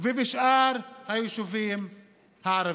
ובשאר היישובים הערביים.